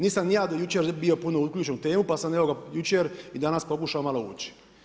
Nisam ni ja do jučer bio puno uključen u temu pa sam evo ga jučer i danas pokušao malo ući.